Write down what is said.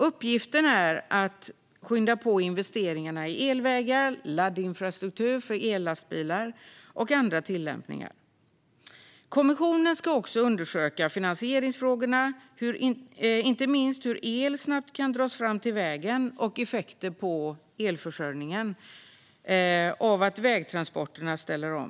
Uppgiften är att skynda på investeringar i elvägar, laddinfrastruktur för ellastbilar och andra tillämpningar. Kommissionen ska också undersöka finansieringsfrågorna, inte minst hur el snabbt kan dras fram till väg, liksom effekter på elförsörjningen av att vägtransporterna ställer om.